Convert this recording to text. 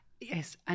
Yes